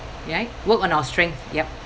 right work on our strength yup